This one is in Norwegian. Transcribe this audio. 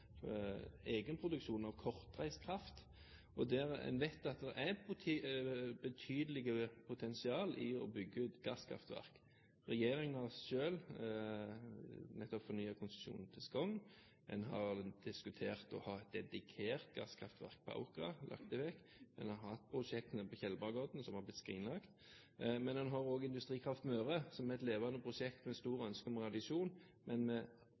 egenproduksjon av kortreist kraft der en vet at det er et betydelig potensial i å bygge ut gasskraftverk. Regjeringen selv har nettopp fornyet konsesjonen til Skogn, en har diskutert om en skal ha et dedikert gasskraftverk på Aukra, men lagt det vekk, en har hatt prosjektene på Tjeldbergodden, som en har skrinlagt. Men en har også Industrikraft Møre, som har et levende prosjekt som en har et stort ønske om å realisere, men